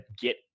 get